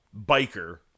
Biker